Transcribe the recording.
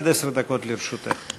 עד עשר דקות לרשותך.